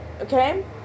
okay